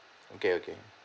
okay okay